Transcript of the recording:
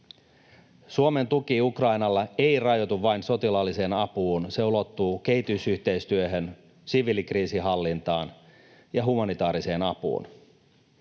Suomen tuki Ukrainalle ei rajoitu vain sotilaalliseen apuun, se ulottuu kehitysyhteistyöhön, siviilikriisinhallintaan ja humanitaariseen apuun.